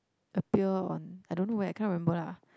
appear on I don't know where I cannot remember lah